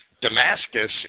Damascus